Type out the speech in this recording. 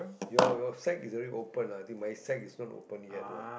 your your side is already open lah my side is not open yet what